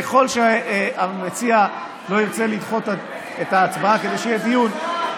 ככל שהמציע לא ירצה לדחות את ההצבעה כדי שיהיה דיון,